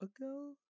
ago